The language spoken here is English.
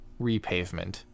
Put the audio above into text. repavement